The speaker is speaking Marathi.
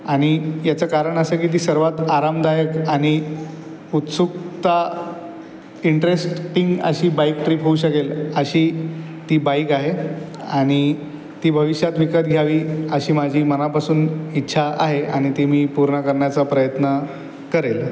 आणि याचं कारण असं की ती सर्वात आरामदायक आणि उत्सुकता इंटेरस्ट टिंग अशी बाईक ट्रिप होऊ शकेल अशी ती बाईक आहे आणि ती भविष्यात विकत घ्यावी अशी माझी मनापासून इच्छा आहे आणि ती मी पूर्ण करण्याचा प्रयत्न करेल